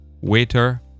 waiter